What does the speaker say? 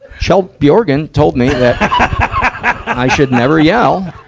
kjell bjorgen told me that i should never yell.